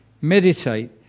meditate